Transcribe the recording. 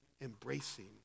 embracing